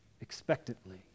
expectantly